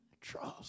trust